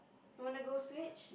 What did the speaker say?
you want to go Switch